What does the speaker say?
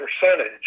percentage